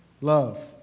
love